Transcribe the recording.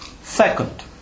Second